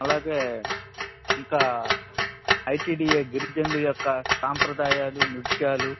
అలాగే ఇంకా ఐటిడిఎ గిరిజనుల యొక్క సాంప్రదాయాలు నృత్యాలు